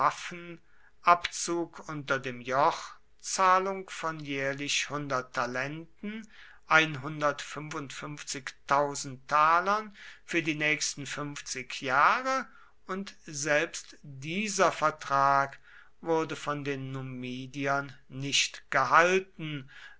abzug unter dem joch zahlung von jährlich talenten für die nächsten fünfzig jahre und selbst dieser vertrag wurde von den numidiern nicht gehalten